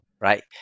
right